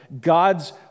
God's